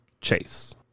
Chase